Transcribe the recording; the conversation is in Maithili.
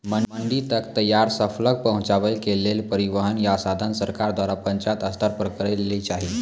मंडी तक तैयार फसलक पहुँचावे के लेल परिवहनक या साधन सरकार द्वारा पंचायत स्तर पर करै लेली चाही?